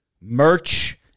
merch